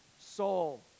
soul